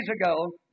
ago